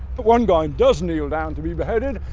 but one guy and does kneel down to be beheaded,